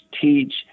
teach